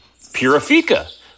Purifica